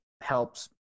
helps